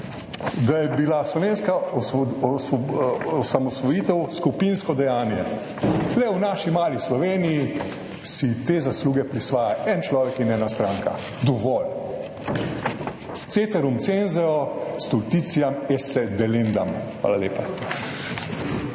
da je bila slovenska osamosvojitev skupinsko dejanje, tukaj, v naši mali Sloveniji si te zasluge prisvaja en človek in ena stranka. Dovolj! Ceterum censeo stultitiam esse delendam. Hvala lepa.